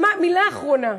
מילה אחרונה.